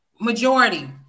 majority